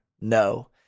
no